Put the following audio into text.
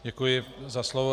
Děkuji za slovo.